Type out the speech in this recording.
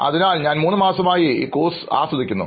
അതിനാൽ ഇവിടെ മൂന്ന് മാസമായി ഞാൻ ഈ കോഴ്സ് ആസ്വദിക്കുന്നു